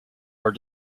are